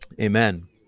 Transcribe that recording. amen